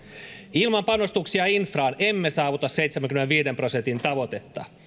ilman panostuksia infraan emme saavuta seitsemänkymmenenviiden prosentin tavoitetta